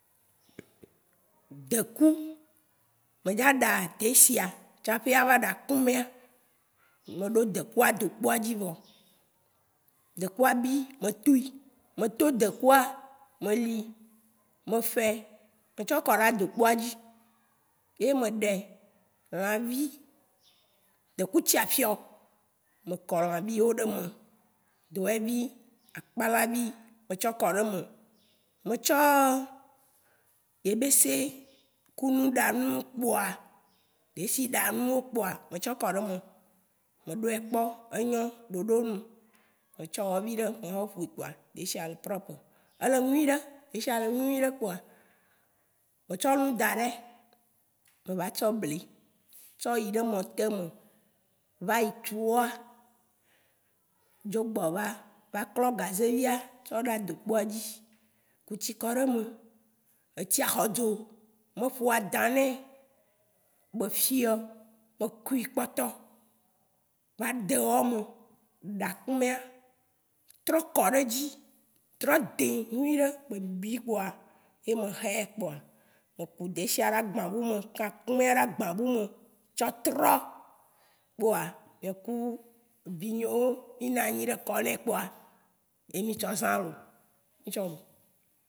Deku! Medza ɖa desia tsapii ava ɖa kumɛa. Meɖo dekua dokpoa dzi vɔ. Dekua bi, metui, meto dekua, meli, mefɛ, metsɔ kɔɖe adokpoa dzi. Ye meɖɛ, lãvi; dekutsia fiɔ. Mekɔ lãviwo ɖeme. Doɛvi, akpalavi me tsɔ kɔɖeme. Me tsɔ ebese ku nuɖanu kpɔa, desisiɖanuwo kpɔa, metsɔ kɔɖe me. meɖoɛkpɔ enyɔ ɖoɖonu Me tsɔ wɔ viɖe me tsɔ ƒoe kpoa, detsia le propre. Ele nyuiɖe desia le nyuiɖe kpɔa me tsɔ lu daɖe. Me va tsɔ bli, tsɔ yiɖe mɔtemè; vayi tsu wɔa, dzogbɔva. vaklɔ gazevia tsɔ ɖe adokpoa dzi. Kutsi kɔɖe me, etsia hɔdzo, me ƒoadãnɛ, befiɔ. me kui kpɔtɔ va de ewɔme, ɖa kumɛa trɔɛ kɔɖedzi, trɔ dĩ nyuiɖe be bi kpoa. ye mehɛ kpɔa. meku desia ɖe agba bu me, kã akumɛa ɖe agba bu me tsɔtrɔ kpoa. nyeku vinyèwo minanyi ɖe kɔnɛ kpoa, ye mitsɔ zã lo, mitsɔ lo.